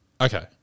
okay